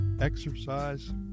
exercise